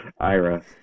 Ira